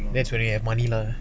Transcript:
that's where you have money lah